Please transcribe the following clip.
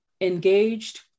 engaged